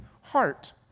heart